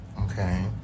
Okay